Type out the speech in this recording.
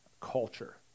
culture